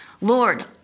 Lord